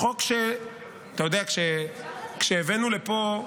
אתה יודע, כשהבאנו לפה,